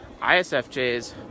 ISFJs